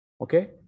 okay